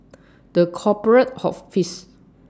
The Corporate Office